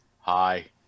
hi